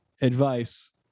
advice